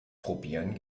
probieren